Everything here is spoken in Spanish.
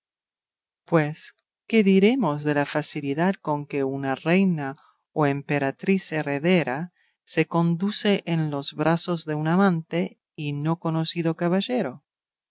pues qué diremos de la facilidad con que una reina o emperatriz heredera se conduce en los brazos de un andante y no conocido caballero